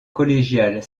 collégiale